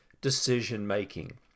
decision-making